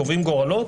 הם קובעים גורלות,